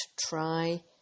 try